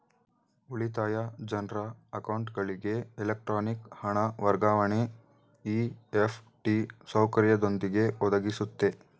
ಉಳಿತಾಯ ಜನ್ರ ಅಕೌಂಟ್ಗಳಿಗೆ ಎಲೆಕ್ಟ್ರಾನಿಕ್ ಹಣ ವರ್ಗಾವಣೆ ಇ.ಎಫ್.ಟಿ ಸೌಕರ್ಯದೊಂದಿಗೆ ಒದಗಿಸುತ್ತೆ